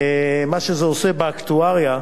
מה שזה עושה באקטואריה,